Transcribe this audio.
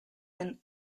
and